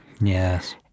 Yes